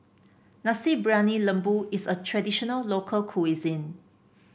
Nasi Briyani Lembu is a traditional local cuisine